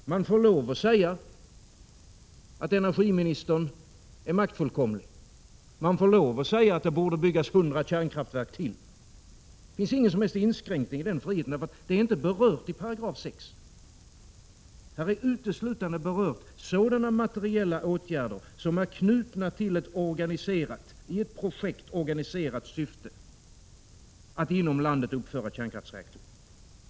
Man får lov att säga att energiministern är maktfullkomlig, man får lov att säga att det borde byggas hundra kärnkraftverk till — det finns ingen som helst inskränkning i den friheten, för detta är inte berört i 6 §. Här berörs uteslutande sådana materiella åtgärder som är knutna till ett i ett projekt organiserat syfte, att inom landet uppföra kärnkraftverk.